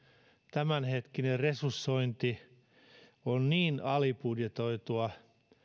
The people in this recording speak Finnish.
tämänhetkinen resursointi on niin alibudjetoitua